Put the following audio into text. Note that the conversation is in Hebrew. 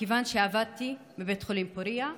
מכיוון שעבדתי בבית חולים פוריה,